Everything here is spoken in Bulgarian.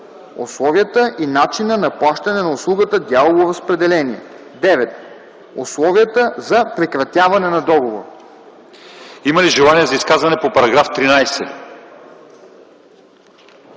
Има ли желание за изказвания за параграфите